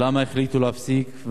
למה החליטו להפסיק,